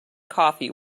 coffee